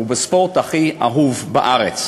ובספורט הכי אהוב בארץ.